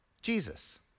Jesus